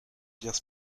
bières